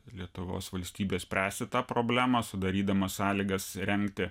lietuvos valstybė spręsti tą problemą sudarydama sąlygas remti